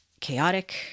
chaotic